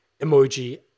emoji